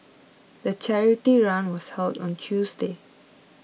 the charity run was held on a Tuesday